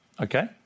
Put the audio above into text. Okay